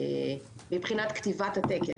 מבחינת כתיבת התקן,